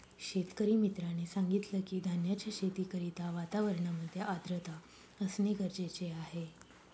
शेतकरी मित्राने सांगितलं की, धान्याच्या शेती करिता वातावरणामध्ये आर्द्रता असणे गरजेचे आहे